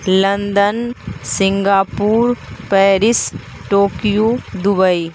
London Singapore Paris Tokyo Dubai